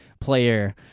player